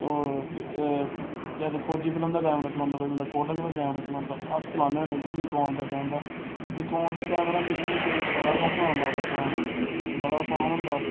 ओह् केह् आखदे फौजी फिल्म दा कैमरा चलांदा कोई बंदा कोटक दा कैमरा चलांदा अस चलाने होन्ने जी निकोन दा कैमरा निकोन दा कैमरा मिगी ते बड़ा गै असान लगदा चलाना बड़ा असान होंदा